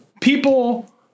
People